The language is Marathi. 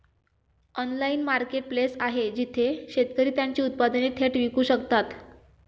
ऑनलाइन मार्केटप्लेस आहे जिथे शेतकरी त्यांची उत्पादने थेट विकू शकतात?